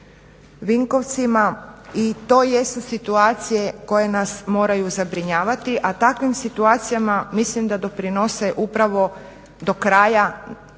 Vinkovcima i to jesu situacije koje nas moraju zabrinjavati. A takvim situacijama mislim da doprinose upravo do kraja